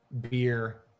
beer